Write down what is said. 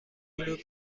کلوب